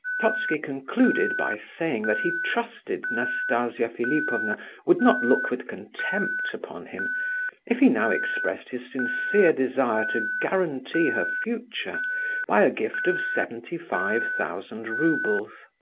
totski concluded by saying that he trusted nastasia philipovna would not look with contempt upon him if he now expressed his sincere desire to guarantee her future by a gift of seventy-five thousand roubles.